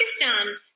Pakistan